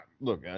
look